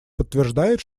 подтверждает